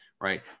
right